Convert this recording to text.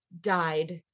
died